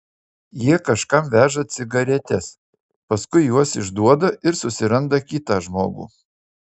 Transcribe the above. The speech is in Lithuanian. jie kažkam veža cigaretes paskui juos išduoda ir susiranda kitą žmogų